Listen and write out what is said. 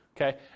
Okay